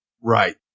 Right